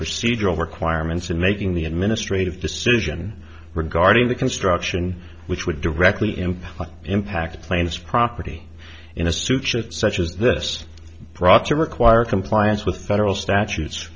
procedural requirements in making the administrative decision regarding the construction which would directly impact what impact planes property in a suit should such as this brought to require compliance with federal statutes